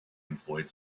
employed